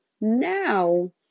now